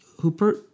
Hooper